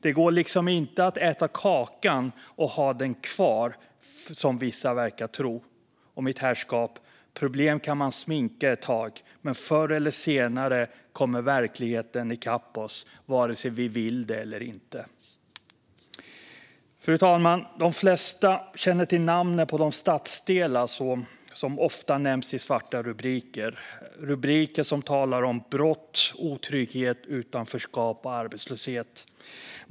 Det går liksom inte att äta kakan och ha den kvar, som vissa verkar tro. Och mitt herrskap, problem kan man sminka över ett tag, men förr eller senare kommer verkligheten i kapp oss vare sig vi vill det eller inte. Fru talman! De flesta känner till namnen på de stadsdelar som ofta nämns i svarta rubriker. Det är rubriker som talar om brott, otrygghet, utanförskap och arbetslöshet.